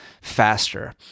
faster